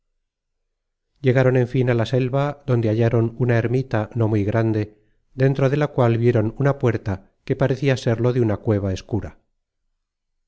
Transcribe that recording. llegaron en fin á la selva donde hallaron una ermita no muy grande dentro de la cual vieron una puerta que parecia serlo de una cueva escura